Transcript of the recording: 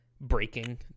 breaking